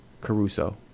Caruso